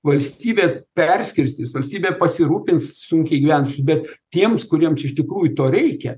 valstybė perskirstys valstybė pasirūpins sunkiai gyvenančiais bet tiems kuriems iš tikrųjų to reikia